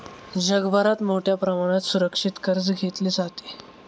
जगभरात मोठ्या प्रमाणात सुरक्षित कर्ज घेतले जाते